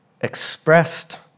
expressed